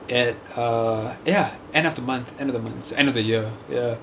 at uh ya end of the month end of the month end of the year